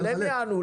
הם יענו.